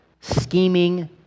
scheming